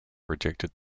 rejected